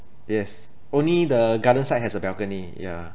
yes only the garden side has a balcony yeah